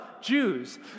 Jews